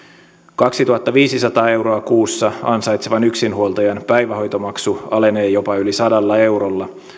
kaksituhattaviisisataa euroa kuussa ansaitsevan yksinhuoltajan päivähoitomaksu alenee jopa yli sadalla eurolla